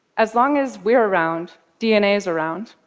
as long as we're around, dna is around,